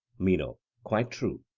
meno quite true.